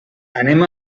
anem